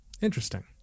Interesting